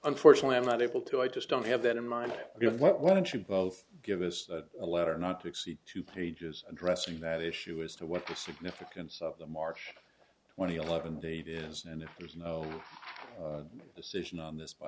unfortunately i'm not able to i just don't have that in mind you know why don't you both give us a letter not to exceed two pages addressing that issue as to what the significance of the march twenty eleven date is and if there's no decision on this by